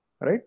right